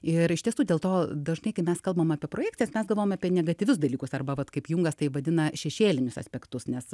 ir iš tiesų dėl to dažnai kai mes kalbam apie projekcijas mes galvojam apie negatyvius dalykus arba vat kaip jungas tai vadina šešėlinius aspektus nes